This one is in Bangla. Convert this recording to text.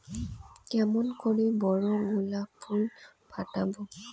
কেমন করে বড় গোলাপ ফুল ফোটাব?